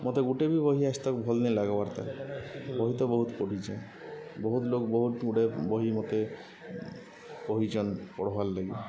ମତେ ଗୁଟେ ବି ବହି ଆଏଜ୍ ତକ୍ ଭଲ୍ ନି ଲାଗ୍ବାର୍ତା ବହି ତ ବହୁତ୍ ପଢ଼ିଚେଁ ବହୁତ୍ ଲୋକ୍ ବହୁତ୍ ଗୁଡ଼େ ବହି ମତେ କହିଚନ୍ ପଢ଼୍ବାର୍ ଲାଗି